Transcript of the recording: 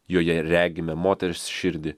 joje ir regime moters širdį